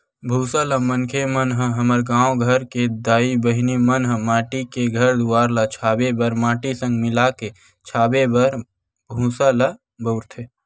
भूसा ल मनखे मन ह हमर गाँव घर के दाई बहिनी मन ह माटी के घर दुवार ल छाबे बर माटी संग मिलाके छाबे बर भूसा ल बउरथे